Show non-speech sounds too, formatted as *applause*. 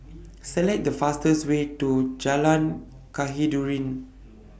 Select The fastest Way to Jalan *unintelligible*